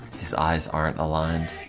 his eyes arent aligned